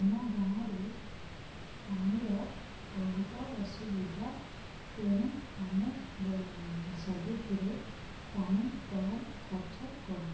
ଆମ ଗାଁରେ ପାଣିର ବହୁତ ଅସୁବିଧା ତେଣୁ ଆମେ ସବୁଥିରେ ପାଣି କମ୍ ଖର୍ଚ୍ଚ କରୁଛୁ